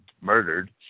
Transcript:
murdered